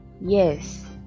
yes